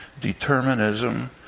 determinism